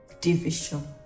division